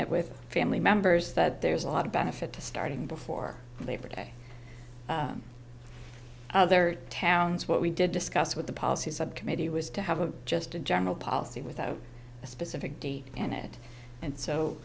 it with family members that there's a lot of benefit to starting before labor day there are towns what we did discuss with the policy subcommittee was to have a just a general policy without a specific date in it and so